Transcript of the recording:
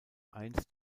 einst